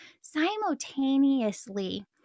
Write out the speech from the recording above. Simultaneously